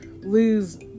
lose